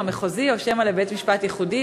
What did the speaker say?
המחוזי או שמא לבית-משפט ייחודי,